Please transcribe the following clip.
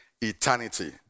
eternity